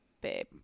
babe